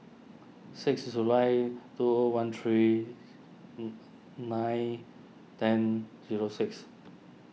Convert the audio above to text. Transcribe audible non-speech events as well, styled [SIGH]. six July two O one three [HESITATION] nine ten zero six